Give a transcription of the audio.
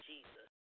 Jesus